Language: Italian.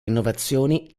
innovazioni